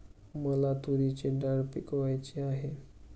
मला तूरीची डाळ पिकवायची आहे